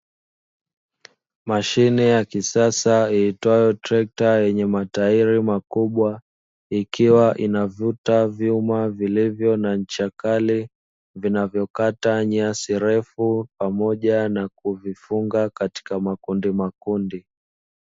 Mashine ya kisasa iitwayo trekta yenye matairi makubwa ikiwa inavuta vyuma vilivyo na ncha kali, vinavyokata nyasi refu pamoja na kuzifunga katika makundimakundi.